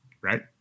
Right